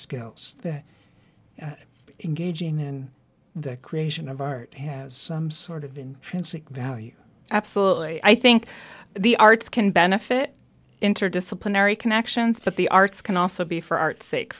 skills that engaging in the creation of art has some sort of intrinsic value absolutely i think the arts can benefit interdisciplinary connections but the arts can also be for art's sake